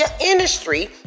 industry